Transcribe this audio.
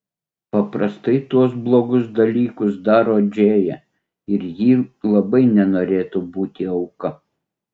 paprastai tuos blogus dalykus daro džėja ir ji labai nenorėtų būti auka